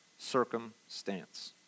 circumstance